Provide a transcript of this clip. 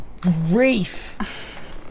grief